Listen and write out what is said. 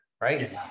Right